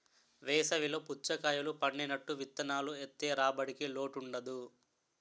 వేసవి లో పుచ్చకాయలు పండినట్టు విత్తనాలు ఏత్తె రాబడికి లోటుండదు